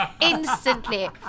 Instantly